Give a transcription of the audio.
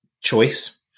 choice